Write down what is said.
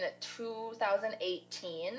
2018